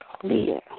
clear